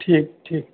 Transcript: ঠিক ঠিক